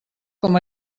com